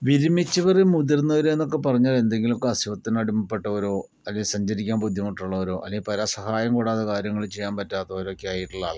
വിരമിച്ചവര് മുതിർന്നവര് എന്നൊക്കെപ്പറഞ്ഞാൽ എന്തെങ്കിലും അസുഖത്തിന് അടിമപ്പെട്ടവരോ അല്ലെങ്കിൽ സഞ്ചരിക്കാൻ ബുദ്ധിമുട്ടുള്ളവരോ അല്ലെങ്കിൽ പരസഹായം കൂടാതെ കാര്യങ്ങൾ ചെയ്യാൻ പറ്റാത്തവരോ ഒക്കെയായിട്ടുള്ള ആൾക്കാരാണ്